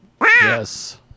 Yes